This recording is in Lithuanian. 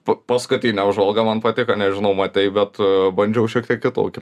pa paskutinė apžvalga man patiko nežinau matei bet bandžiau šiek tiek kitokį